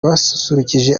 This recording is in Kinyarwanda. basusurukije